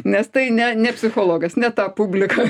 nes tai ne ne psichologas ne ta publika